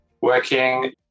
working